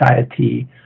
society